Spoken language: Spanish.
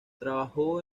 trabajó